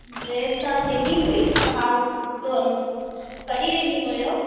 dress तव्हां ॾिनी हुई हा त कॾहिं ॾिनी हुयव